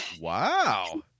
Wow